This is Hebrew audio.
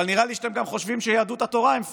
אבל נראה לי שאתם גם חושבים שיהדות התורה הם פראיירים.